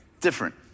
different